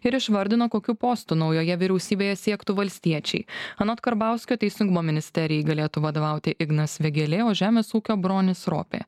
ir išvardino kokių postų naujoje vyriausybėje siektų valstiečiai anot karbauskio teisingumo ministerijai galėtų vadovauti ignas vėgėlė o žemės ūkio bronius ropė